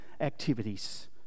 activities